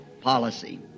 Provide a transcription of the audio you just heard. policy